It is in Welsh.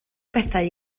bethau